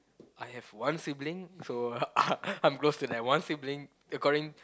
I have one sibling so uh I'm close to that one sibling according